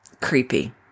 creepy